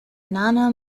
nano